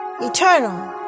Eternal